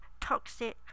toxic